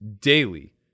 daily